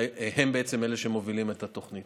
שהם בעצם אלה שמובילים את התוכנית.